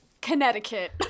Connecticut